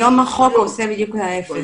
היום החוק עושה בדיוק ההיפך.